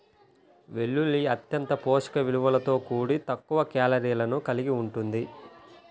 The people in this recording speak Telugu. వెల్లుల్లి అత్యంత పోషక విలువలతో కూడి తక్కువ కేలరీలను కలిగి ఉంటుంది